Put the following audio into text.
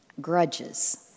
Grudges